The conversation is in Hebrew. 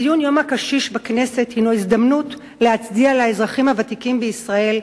ציון יום הקשיש בכנסת הינו הזדמנות להצדיע לאזרחים הוותיקים בישראל,